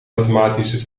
automatische